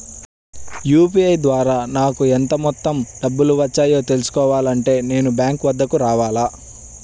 UPI ద్వారా నాకు ఎంత మొత్తం డబ్బులు వచ్చాయో తెలుసుకోవాలి అంటే నేను బ్యాంక్ వద్దకు రావాలా?